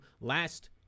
last